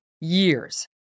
years